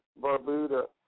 Barbuda